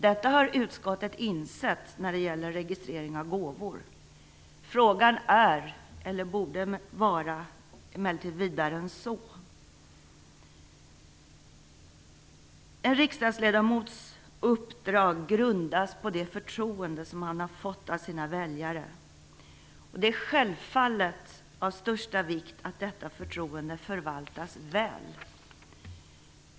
Detta har utskottet insett när det gäller registrering av gåvor. Frågan är emellertid, eller borde vara, vidare än så. En riksdagsledamots uppdrag grundas på det förtroende som han har fått av sina väljare. Det är självfallet av största vikt att detta förtroende förvaltas väl.